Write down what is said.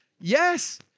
Yes